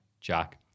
Jack